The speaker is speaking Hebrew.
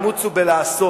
האימוץ הוא בלעשות.